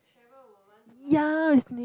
yeah it's snake